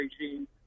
regime